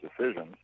decisions